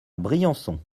briançon